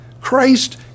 christ